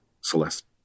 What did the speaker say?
Celeste